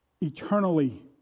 eternally